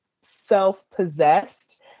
self-possessed